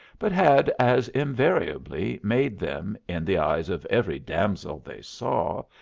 but had as invariably made them, in the eyes of every damsel they saw,